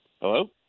Hello